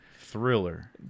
Thriller